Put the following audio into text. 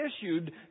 issued